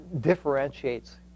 differentiates